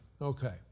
Okay